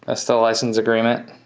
ah so license agreement.